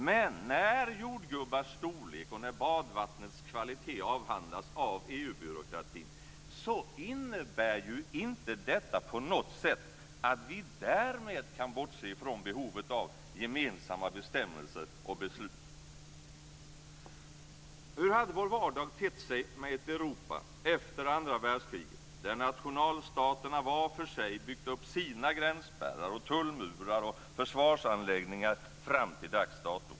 Men när jordgubbars storlek och badvattnets kvalitet avhandlas av EU-byråkratin innebär inte detta på något sätt att vi därmed kan bortse från behovet av gemensamma bestämmelser och beslut. Hur hade vår vardag tett sig med ett Europa efter andra världskriget där nationalstaterna var för sig byggt upp sina gränsspärrar, tullmurar och försvarsanläggningar fram till dags dato?